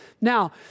Now